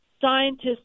scientists